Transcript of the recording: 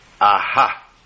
Aha